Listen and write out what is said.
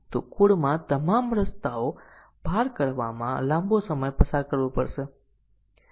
અને તે પછી આપણે એક ખૂબ મોટો પ્રોગ્રામ આપ્યો છે આપણે તેનો કંટ્રોલ ફ્લો ગ્રાફ વિકસાવી શકીએ છીએ